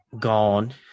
gone